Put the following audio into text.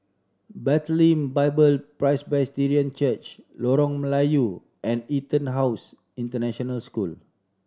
Bethlehem Bible Presbyterian Church Lorong Melayu and EtonHouse International School